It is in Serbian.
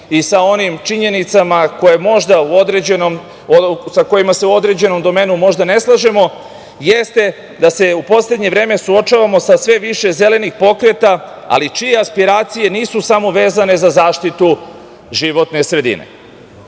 i sa onim činjenicama sa kojima se možda u određenom domenu ne slažemo, jeste da se u poslednje vreme suočavamo sa sve više zelenih pokreta, ali čije aspiracije nisu samo vezane za zaštitu životne